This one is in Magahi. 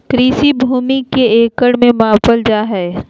कृषि भूमि के एकड़ में मापल जाय हइ